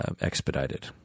expedited